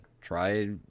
try